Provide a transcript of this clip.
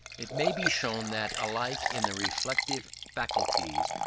it may be shown that alike in the reflective faculties,